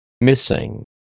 Missing